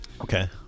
Okay